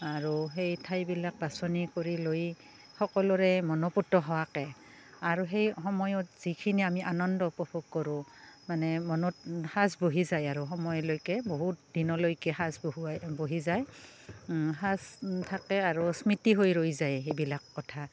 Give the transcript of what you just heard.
আৰু সেই ঠাইবিলাক বাছনি কৰি লৈ সকলোৰে মনঃপূত হোৱাকৈ আৰু সেই সময়ত যিখিনি আমি আনন্দ উপভোগ কৰোঁ মানে মনত সাঁচ বহি যায় আৰু সময়লৈকে বহুত দিনলৈকে সাঁচ বহুৱাই বহি যায় সাঁচ থাকে আৰু স্মৃতি হৈ ৰৈ যায় সেইবিলাক কথা